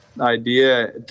idea